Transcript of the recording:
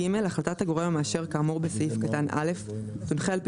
(ג)החלטת הגורם המאשר כאמור בסעיף קטן (א) תונחה על פי